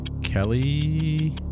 Kelly